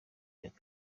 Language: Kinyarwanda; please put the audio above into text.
myaka